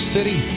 City